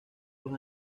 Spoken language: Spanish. los